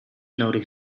nodig